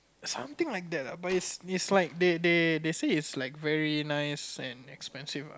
something like that lah but is is like they they they say it's like very nice and expensive lah